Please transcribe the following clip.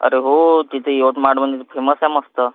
अरे हो तिथे यवतमाळमध्ये तर फेमस आहे मस्त